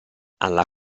alla